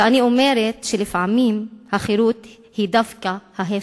ואני אומרת שלפעמים החירות היא דווקא ההיפך: